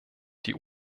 die